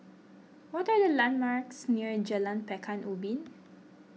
what are the landmarks near Jalan Pekan Ubin